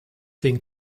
thing